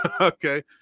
Okay